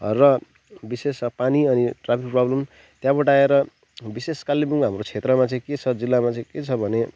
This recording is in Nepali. र विशेष पानी अनि ट्राफिक प्रब्लम त्यहाँबाट आएर विशेष कालेबुङ हाम्रो क्षेत्रमा चाहिँ के छ जिल्लामा चाहिँ के छ भने